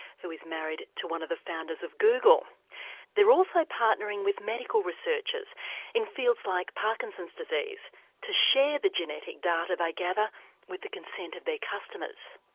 who is married to one of the founders of google they're also partnering with medical researchers in fields like parkinson's disease to share the genetic data they gather with the consent of their customers.